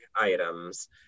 items